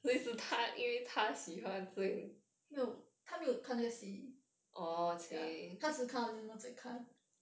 他没有看那个戏 ya 他只看到 lian luo 在看